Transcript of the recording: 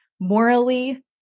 morally